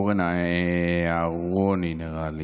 אורן אהרוני, נראה לי.